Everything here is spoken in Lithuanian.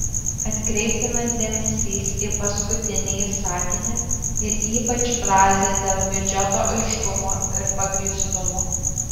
atkreiptinas dėmesys į paskutinįjį sakinį ir ypač frazę dėl biudžeto aiškumo ir pagrįstumo